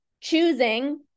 choosing